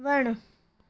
वणु